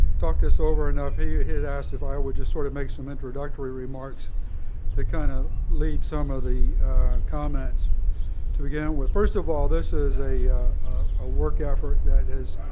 talked this over enough. he had asked if i would just sort of make some introductory remarks to kind of lead some of the comments to begin with. first of all, this is a ah work effort that has